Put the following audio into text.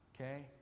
Okay